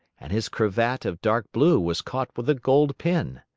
and his cravat of dark blue was caught with a gold pin.